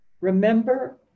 Remember